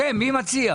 שם, מי מציע?